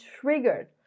triggered